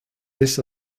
this